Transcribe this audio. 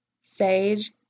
sage